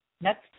next